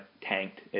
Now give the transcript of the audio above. tanked